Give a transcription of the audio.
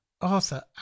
Arthur